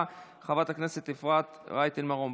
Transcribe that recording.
והרווחה חברת הכנסת אפרת רייטן מרום.